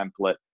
template